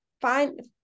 find